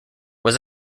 was